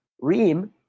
Reem